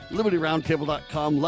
LibertyRoundtable.com